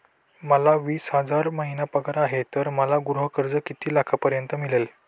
मला वीस हजार महिना पगार आहे तर मला गृह कर्ज किती लाखांपर्यंत मिळेल?